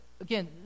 again